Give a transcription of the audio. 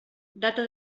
data